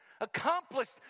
accomplished